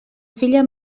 filla